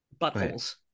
Buttholes